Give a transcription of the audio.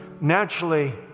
naturally